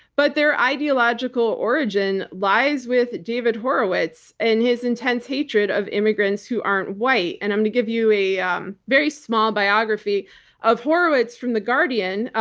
but their ideological origin lies with david horowitz and his intense hatred of immigrants who aren't white. and i'm going to give you a um very small biography of horowitz from the guardian,